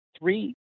three